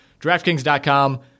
DraftKings.com